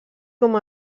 com